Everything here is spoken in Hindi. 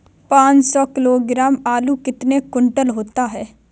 पाँच सौ किलोग्राम आलू कितने क्विंटल होगा?